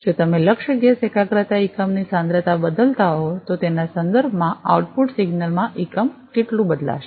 જો તમે લક્ષ્ય ગેસ એકાગ્રતા એકમની સાંદ્રતા બદલતા હો તો તેના સંદર્ભમાં આઉટપુટ સિગનલ માં એકમ કેટલું બદલાશે